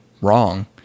wrong